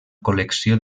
col·lecció